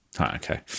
Okay